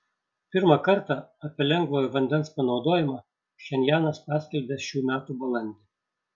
pirmą kartą apie lengvojo vandens panaudojimą pchenjanas paskelbė šių metų balandį